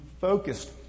focused